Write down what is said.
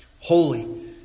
holy